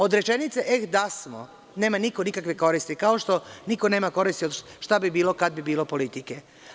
Od rečenice – eh da smo; nema niko nikakve koristi, kao što niko nema koristi od – šta bi bilo kad bi bilo politike.